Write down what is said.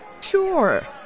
Sure